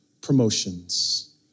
promotions